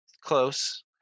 close